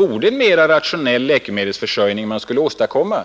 Om en mera rationell läkemedelsförsörjning hade åstadkommits,